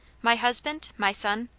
my husband, my son?